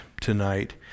tonight